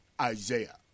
Isaiah